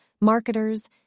marketers